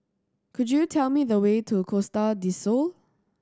could you tell me the way to Costa Del Sol